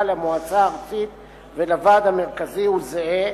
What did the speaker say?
למועצה הארצית ולוועד המרכזי הוא זהה,